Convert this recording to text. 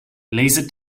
laser